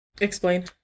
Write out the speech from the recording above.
Explain